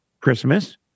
Christmas